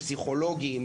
פסיכולוגים,